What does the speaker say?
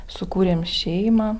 sukūrėm šeimą